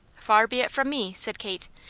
far be it from me, said kate.